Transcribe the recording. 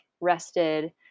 rested